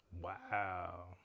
Wow